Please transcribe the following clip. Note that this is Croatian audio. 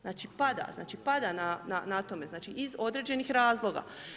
Znači pada, znači pada na tome, znači iz određenih razloga.